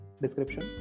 description